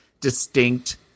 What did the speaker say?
distinct